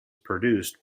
produced